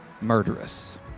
Murderous